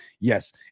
yes